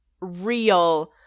real